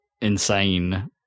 insane